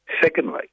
Secondly